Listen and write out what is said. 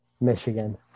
Michigan